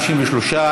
בתי המשפט (תיקון,